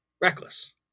Reckless